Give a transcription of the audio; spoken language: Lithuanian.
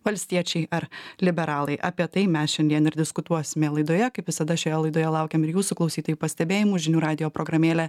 valstiečiai ar liberalai apie tai mes šiandien ir diskutuosime laidoje kaip visada šioje laidoje laukiam ir jūsų klausytojai pastebėjimų žinių radijo programėlė